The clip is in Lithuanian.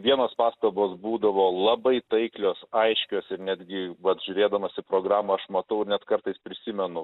vienos pastabos būdavo labai taiklios aiškios ir netgi vat žiūrėdamas į programą aš matau net kartais prisimenu